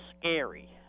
scary